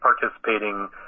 participating